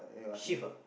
shift ah